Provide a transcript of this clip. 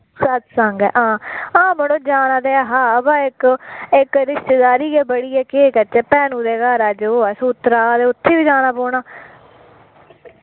सत्संग आं मड़ो जाना ते ऐहा पर इक्क रिश्तेदारी गै बड़ी ऐ केह् करचै ते मेरे घर अज्ज सूत्तरा उत्थें जाना पौना